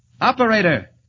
Operator